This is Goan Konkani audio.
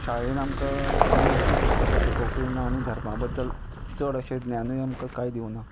शाळेन आमकां केन्ना असली पुस्तकां शिकोवकूय ना आनी धर्मा बद्दल चड अशें ज्ञानूय आमकां कांय दिवना